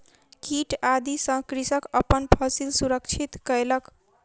कीट आदि सॅ कृषक अपन फसिल सुरक्षित कयलक